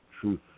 truth